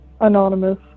anonymous